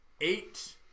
eight